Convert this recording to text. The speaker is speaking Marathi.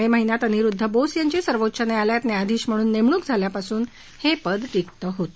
मे महिन्यात अनिरुद्ध बोस यांची सर्वोच्च न्यायालयात न्यायाधीश म्हणून नेमणूक झाल्यापासून हे पद रिक्त होते